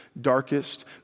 darkest